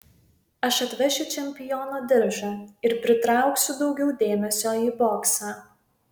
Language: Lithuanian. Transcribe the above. aš atvešiu čempiono diržą ir pritrauksiu daugiau dėmesio į boksą